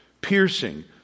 piercing